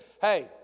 Hey